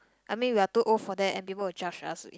I mean we're too old for that and people will judge us